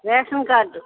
ration card